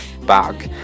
bug